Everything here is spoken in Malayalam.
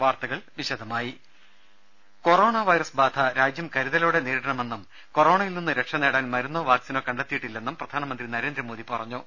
വാർത്തകൾ വിശദമായി കൊറോണ വൈറസ് ബാധ രാജ്യം കരുതലോടെ നേരിടണമെന്നും കൊറോണയിൽ നിന്ന് രക്ഷ നേടാൻ മരുന്നോ വാക്സിനോ കണ്ടെത്തിയിട്ടില്ലെന്നും പ്രധാനമന്ത്രി നരേന്ദ്രമോദി അറിയിച്ചു